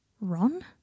Ron